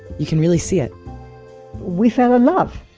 you can really see it we fell in love